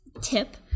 tip